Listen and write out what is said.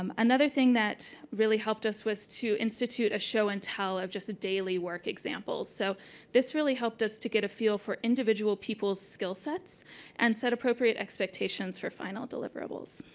um another thing that really helped us was to institute a show and tell of just daily work examples. so this really helped us to get a feel for individual people's skillsets and set appropriate expectations for final deliverables.